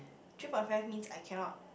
three point five means I cannot